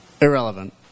Irrelevant